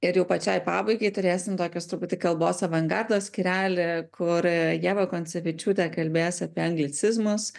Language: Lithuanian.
ir jau pačiai pabaigai turėsim tokius truputį kalbos avangardo skyrelį kur ieva koncevičiūtė kalbės apie anglicizmus